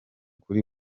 kuri